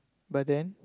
but then